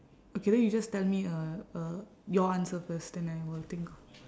okay then you just tell me uh uh your answer first then I will think